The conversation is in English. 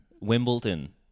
Wimbledon